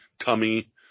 tummy